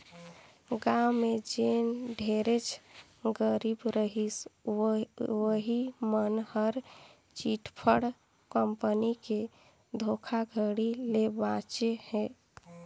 गाँव में जेन ढेरेच गरीब रहिस उहीं मन हर चिटफंड कंपनी के धोखाघड़ी ले बाचे हे